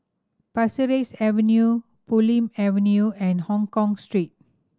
Pasir Ris Avenue Bulim Avenue and Hongkong Street